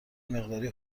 مقداری